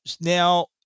now